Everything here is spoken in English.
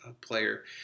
player